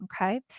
Okay